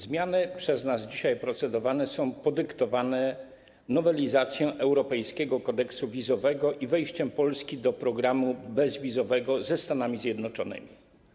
Zmiany przez nas dzisiaj procedowane są podyktowane nowelizacją Wspólnotowego Kodeksu Wizowego i wejściem Polski do programu ruchu bezwizowego ze Stanami Zjednoczonymi.